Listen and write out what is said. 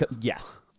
Yes